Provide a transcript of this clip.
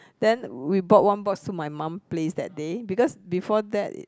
then we bought one box to my mum place that day because before that